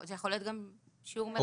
זה יכול להיות גם שיעור מרבי נמוך יותר.